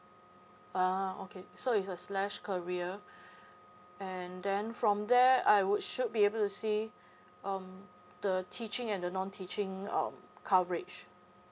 ah okay so it's a slash career and then from there I would should be able to see um the teaching and the non teaching uh coverage